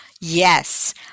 Yes